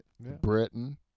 britain